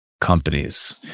companies